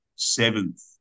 seventh